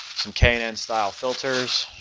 some canine style filters